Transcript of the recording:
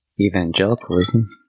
evangelicalism